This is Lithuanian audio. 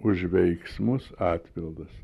už veiksmus atpildas